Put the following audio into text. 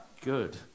Good